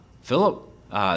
Philip